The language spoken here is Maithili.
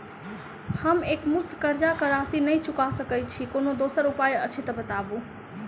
हम एकमुस्त कर्जा कऽ राशि नहि चुका सकय छी, कोनो दोसर उपाय अछि तऽ बताबु?